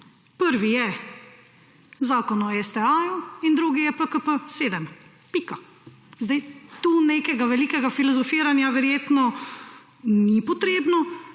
Prvi je Zakon o STA in drugi je PKP7. Pika. Zdaj tu nekega velikega filozofiranja verjetno ni potrebno,